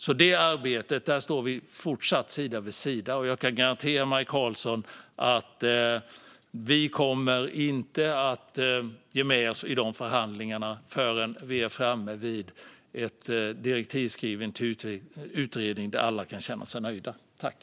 I det arbetet står vi fortsatt sida vid sida. Jag kan garantera Maj Karlsson att vi inte kommer att ge med oss i förhandlingarna förrän vi är framme vid en direktivsskrivning till utredningen som alla kan känna sig nöjda med.